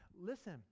listen